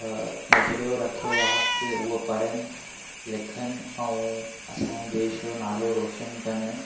नज़रियो रखियो आहे कि हू पढ़नि लिखनि ऐं असां जे देश जो नालो रोशन कनि